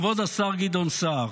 כבוד השר גדעון סער,